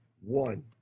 One